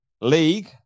league